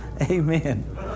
Amen